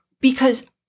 because-